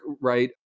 right